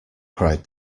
cried